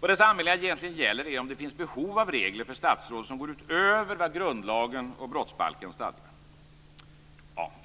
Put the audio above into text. Dessa anmälningar gäller egentligen om det finns behov av regler för statsråd som går utöver vad grundlagen och brottsbalken stadgar.